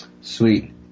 Sweet